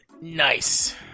Nice